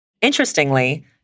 Interestingly